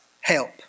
help